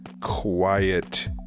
quiet